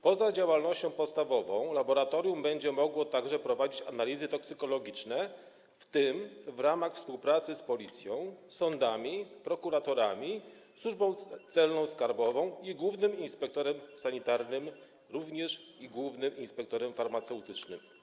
Poza działalnością podstawową laboratorium będzie mogło także prowadzić analizy toksykologiczne, w tym w ramach współpracy z Policją, sądami, prokuratorami, ze Służbą Celno-Skarbową, z głównym inspektorem sanitarnym i głównym inspektorem farmaceutycznym.